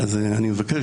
אז אני מבקש,